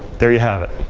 there you have it.